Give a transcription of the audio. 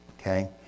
Okay